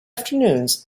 afternoons